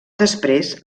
després